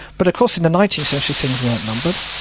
but of course in the nineteenth century things weren't numbered.